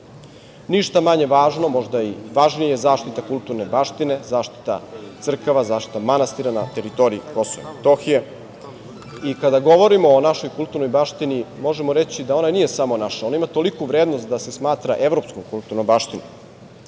manje važno, možda i važnije, zaštita kulturne baštine, zaštita crkava, zaštita manastira na teritoriji Kosova i Metohije. Kada govorimo o našoj kulturnoj baštini možemo reći da ona nije samo naša, ona ima toliku vrednost da se smatra evropskom kulturnom baštinom,